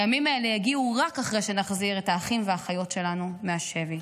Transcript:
הימים האלה יגיעו רק אחרי שנחזיר את האחים והאחיות שלנו מהשבי.